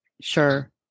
sure